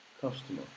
customer